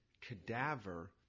cadaver